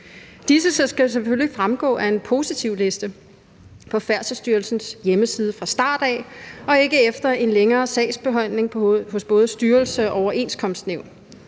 selvfølgelig fremgå af en positivliste på Færdselsstyrelsens hjemmeside fra starten af og ikke efter en længere sagsbehandling hos både styrelse og overenskomstnævn,